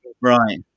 Right